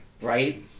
Right